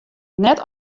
net